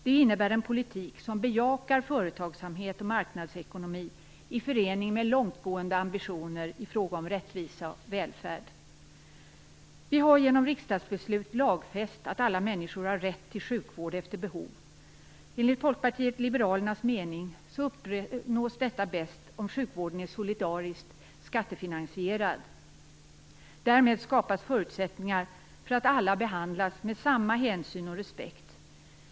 Det innebär en politik som bejakar företagsamhet och marknadsekonomi i förening med långtgående ambitioner i fråga om rättvisa och välfärd. Genom riksdagsbeslut har vi lagfäst att alla människor har rätt till sjukvård efter behov. Enligt Folkpartiet liberalernas mening uppnås detta bäst om sjukvården är solidariskt skattefinansierad. Därmed skapas förutsättningar för att alla behandlas med samma hänsyn och respekt.